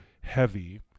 heavy